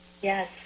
Yes